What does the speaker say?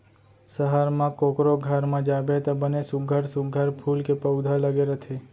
सहर म कोकरो घर म जाबे त बने सुग्घर सुघ्घर फूल के पउधा लगे रथे